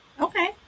Okay